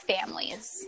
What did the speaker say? families